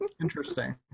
Interesting